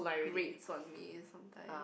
great on me sometime